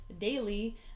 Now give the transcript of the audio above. daily